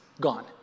gone